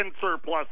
surplus